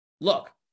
look